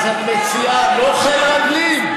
אז את מציעה לא חיל רגלים?